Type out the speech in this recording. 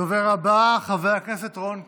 הדובר הבא, חבר הכנסת רון כץ,